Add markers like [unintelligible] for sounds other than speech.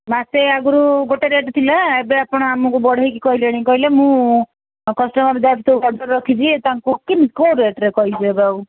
ମାସେ ଆଗରୁ ଗୋଟେ ରେଟ୍ ଥିଲା ଏବେ ଆପଣ ଆମକୁ ବଢ଼େଇକି କହିଲେଣି କହିଲେ ମୁଁ କଷ୍ଟମର୍ [unintelligible] ଆଡ଼ୁ ସାଡ଼ୁ ରଖିଦିଏ ତାଙ୍କୁ କେମିତି କୋଉ ରେଟ୍ରେ କହିବି ଏବେ ଆଉ